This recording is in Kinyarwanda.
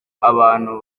abantu